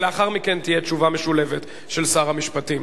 ולאחר מכן תהיה תשובה משולבת של שר המשפטים.